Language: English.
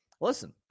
listen